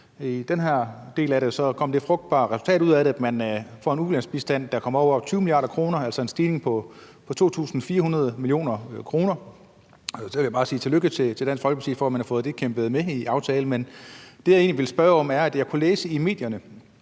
I det her tilfælde kom der det frugtbare resultat ud af det, at man fik en ulandsbistand, der kom over 20 mia. kr., altså en stigning på 2.400 mio. kr. Og så vil jeg bare sige tillykke til Dansk Folkeparti med, at man har kæmpet sig til at få det med i aftalen. Men det, jeg egentlig vil spørge ind til, er, at jeg har kunnet læse i medierne,